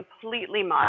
completely